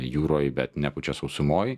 jūroj bet nepučia sausumoj